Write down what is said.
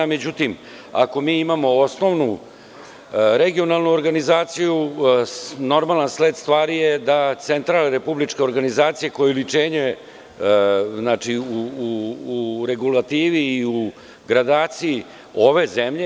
Međutim, ako mi imamo osnovnu regionalnu organizaciju, normalan sled stvari je centralna republička organizacija, koja je oličenje u regulativi i gradaciji ove zemlje.